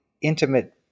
intimate